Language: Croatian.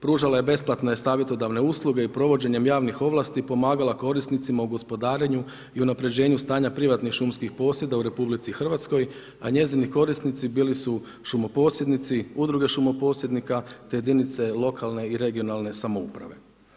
Pružala je besplatne savjetodavne usluge i provođenjem javnih ovlasti pomagala korisnicima u gospodarenju i unapređenju stanja privatnih šumskih posjeda u Republici Hrvatskoj, a njezini korisnici bili su šumo posjednici, udruge šumo posjednika, te jedinice lokalne i regionalne samouprave.